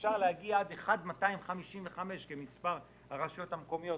אפשר להגיע עד ל-255, שזה מספר הרשויות המקומיות.